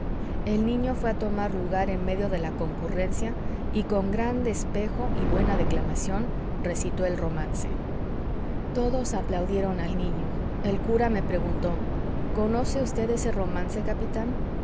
el niño fué a tomar lugar en medio de la concurrencia y con gran despejo y buena declamación recitó el romance todos aplaudieron al niño el cura me preguntó conoce vd ese romance capitán